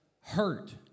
hurt